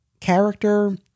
character